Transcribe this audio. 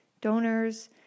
donors